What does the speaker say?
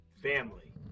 Family